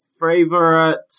favorite